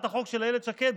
התנועה האסלאמית.